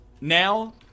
Now